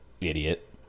idiot